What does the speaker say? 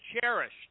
cherished